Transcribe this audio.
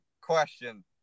question